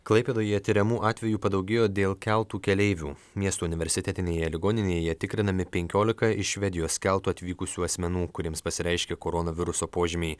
klaipėdoje tiriamų atvejų padaugėjo dėl keltų keleivių miesto universitetinėje ligoninėje tikrinami penkiolika iš švedijos keltu atvykusių asmenų kuriems pasireiškė koronaviruso požymiai